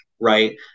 right